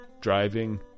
driving